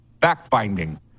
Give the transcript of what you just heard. fact-finding